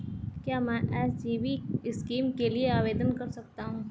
क्या मैं SGB scheme के लिए आवेदन कर सकता हूँ?